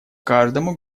каждому